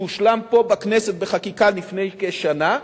שהושלם פה בכנסת בחקיקה לפני כשנה,